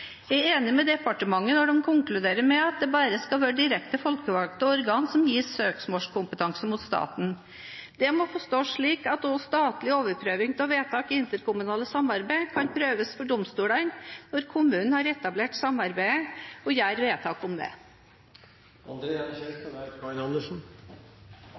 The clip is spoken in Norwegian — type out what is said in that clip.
Jeg er enig med departementet når de konkluderer med at det bare skal være direkte folkevalgte organ som gis søksmålskompetanse mot staten. Det må forstås slik at også statlig overprøving av vedtak i interkommunale samarbeid kan prøves for domstolene når kommunene som har etablert samarbeidet, gjør vedtak om